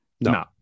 No